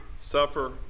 Suffer